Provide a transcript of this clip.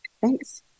Thanks